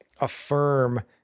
affirm